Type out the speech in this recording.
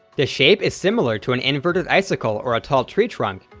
the shape is similar to an inverted icicle or a tall tree trunk,